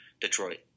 Detroit